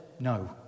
No